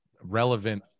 relevant